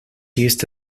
used